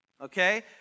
okay